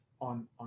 on